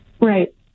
Right